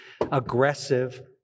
aggressive